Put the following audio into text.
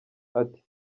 ati